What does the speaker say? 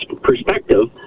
perspective